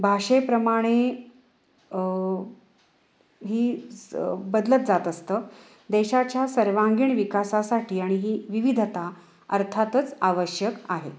भाषेप्रमाणे ही स बदलत जात असतं देशाच्या सर्वांगीण विकासासाठी आणि ही विविधता अर्थातच आवश्यक आहे